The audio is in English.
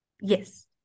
Yes